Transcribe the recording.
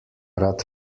rad